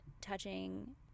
touching